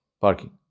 parking